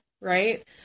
Right